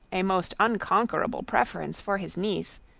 a most unconquerable preference for his niece,